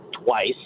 twice